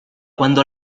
quando